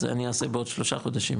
זה אני אעשה בעוד שלושה חודשים,